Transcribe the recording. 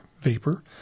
vapor